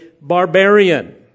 barbarian